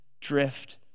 drift